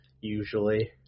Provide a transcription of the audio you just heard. usually